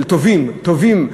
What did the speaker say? טובעים,